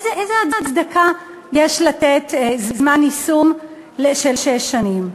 איזה הצדקה יש לתת זמן יישום של שש שנים?